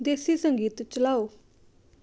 ਦੇਸੀ ਸੰਗੀਤ ਚਲਾਓ